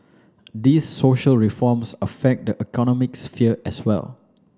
these social reforms affect the economic sphere as well